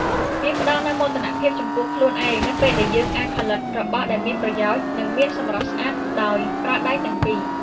វាផ្ដល់នូវមោទនភាពចំពោះខ្លួនឯងនៅពេលដែលយើងអាចផលិតរបស់ដែលមានប្រយោជន៍ និងមានសម្រស់ស្អាតដោយប្រើដៃទាំងពីរ។